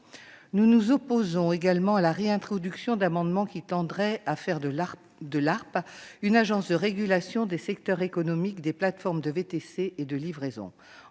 Nous nous opposons également à la réintroduction d'amendements qui tendraient à faire de l'ARPE une agence de régulation des secteurs économiques des plateformes de VTC et de livraison.